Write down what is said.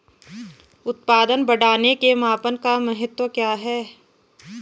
उत्पादन बढ़ाने के मापन का महत्व क्या है?